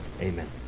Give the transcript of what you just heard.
Amen